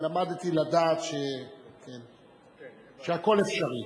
למדתי לדעת שהכול אפשרי.